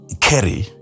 carry